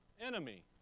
enemy